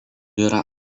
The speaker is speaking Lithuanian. yra